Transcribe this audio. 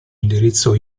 indirizzo